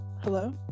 hello